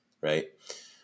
Right